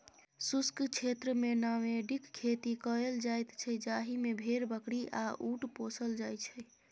शुष्क क्षेत्रमे नामेडिक खेती कएल जाइत छै जाहि मे भेड़, बकरी आ उँट पोसल जाइ छै